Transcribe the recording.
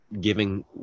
giving